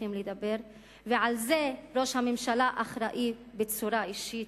צריכים לדבר ועל זה ראש הממשלה אחראי בצורה אישית,